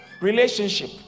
relationship